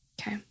Okay